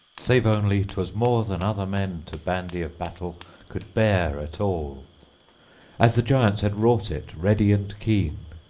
save only twas more than other men to bandy-of-battle could bear at all as the giants had wrought it, ready and keen.